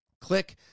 click